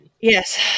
Yes